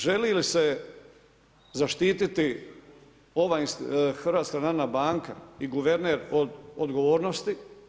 Želi li se zaštititi HNB i guverner od odgovornosti?